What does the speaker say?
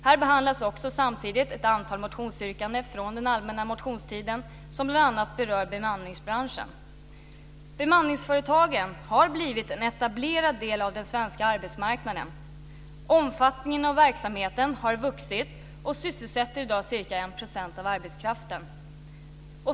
Här behandlas också ett antal motionsyrkanden från allmänna motionstiden som bl.a. berör bemanningsbranschen. Bemanningsföretagen har blivit en etablerad del av den svenska arbetsmarknaden. Omfattningen av verksamheten har vuxit, och man sysselsätter i dag ca 1 % av arbetskraften.